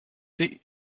sie